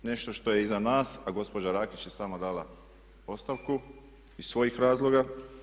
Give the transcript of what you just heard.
To je nešto što je iza nas a gospođa Rakić je sama dala ostavku iz svojih razloga.